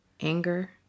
Anger